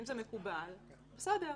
אם זה מקובל בסדר.